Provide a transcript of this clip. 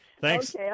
Thanks